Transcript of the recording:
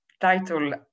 title